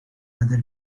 other